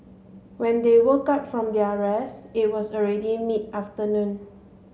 when they woke up from their rest it was already mid afternoon